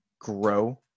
grow